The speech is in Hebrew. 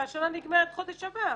והשנה נגמרת בחודש הבא.